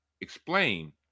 explain